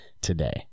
today